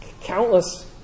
countless